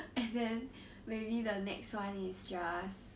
and then maybe the next one is just